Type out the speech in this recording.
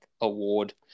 award